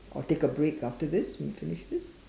or take a break after this and finish this